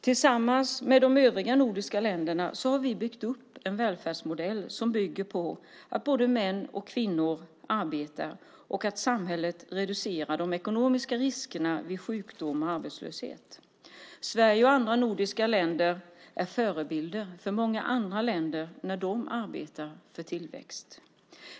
Tillsammans med de övriga nordiska länderna har vi byggt upp en välfärdsmodell som bygger på att både män och kvinnor arbetar och att samhället reducerar de ekonomiska riskerna vid sjukdom och arbetslöshet. Sverige och andra nordiska länder är förebilder för många andra länder när de arbetar för tillväxt.